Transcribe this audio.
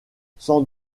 sans